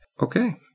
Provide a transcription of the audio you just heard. Okay